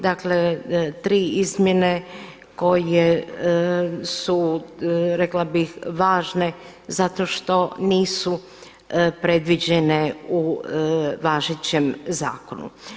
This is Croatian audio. Dakle, tri izmjene koje su rekla bih važne zato što nisu predviđene u važećem zakonu.